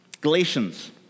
Galatians